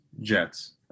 Jets